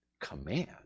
Command